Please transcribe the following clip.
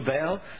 bell